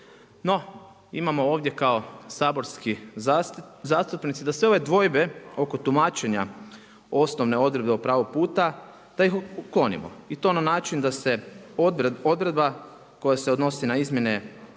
No, imamo ovdje kao saborski zastupnici, da se ove dvojbe oko tumačenja, osnovne odredbe o pravog puta, da ih uklonio. I to na način, da se odredba koja se odnosi na izmjene